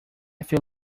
feel